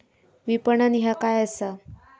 विपणन ह्या काय असा?